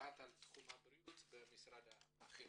מפקחת על תחום הבריאות במשרד החינוך.